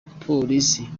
polisi